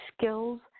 skills